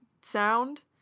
sound